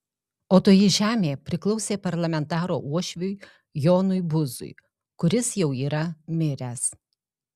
o toji žemė priklausė parlamentaro uošviui jonui buzui kuris jau yra miręs